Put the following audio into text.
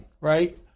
right